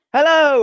Hello